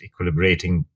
equilibrating